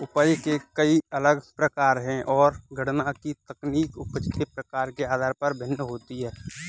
उपज के कई अलग प्रकार है, और गणना की तकनीक उपज के प्रकार के आधार पर भिन्न होती है